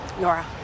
Nora